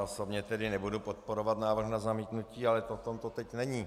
Já osobně tedy nebudu podporovat návrh na zamítnutí, ale o tom to teď není.